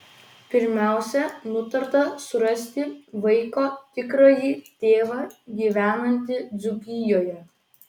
pirmiausia nutarta surasti vaiko tikrąjį tėvą gyvenantį dzūkijoje